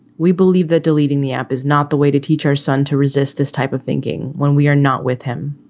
we believe that deleting the app is not the way to teach our son to resist this type of thinking when we are not with him.